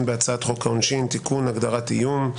בהצעת חוק העונשין (תיקון הגדרת איום).